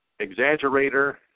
Exaggerator